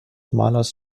malers